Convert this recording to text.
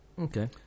Okay